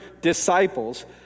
disciples